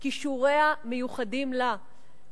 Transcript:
כישוריה מיוחדים לה,